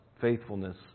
faithfulness